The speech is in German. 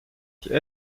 die